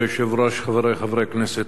חברי חברי הכנסת,